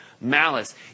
malice